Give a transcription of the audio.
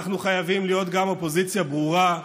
אנחנו חייבים להיות גם אופוזיציה ברורה,